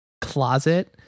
closet